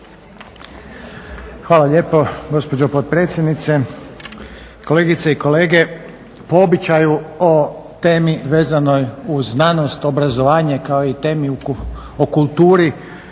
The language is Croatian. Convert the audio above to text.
Hvala lijepo gospođo potpredsjednice. Kolegice i kolege. Po običaju o temi vezanoj uz znanost, obrazovanje, kao i temi o kulturi